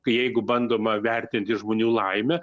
k jeigu bandoma vertinti žmonių laimę